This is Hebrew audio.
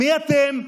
מי אתם?